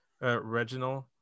Reginald